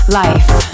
life